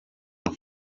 nawe